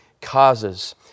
causes